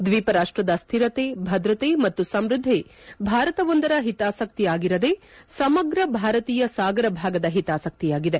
ದ್ವೀಪರಾಷ್ಟದ ಸ್ಥಿರತೆ ಭದ್ರತೆ ಮತ್ತು ಸಮೃದ್ಧಿ ಭಾರತವೊಂದರ ಹಿತಾಸಕ್ತಿ ಆಗಿರದೆ ಸಮಗ್ರ ಭಾರತೀಯ ಸಾಗರ ಭಾಗದ ಹಿತಾಸಕ್ತಿಯಾಗಿದೆ